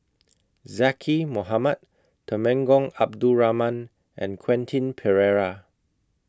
Zaqy Mohamad Temenggong Abdul Rahman and Quentin Pereira